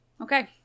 Okay